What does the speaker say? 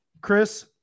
Chris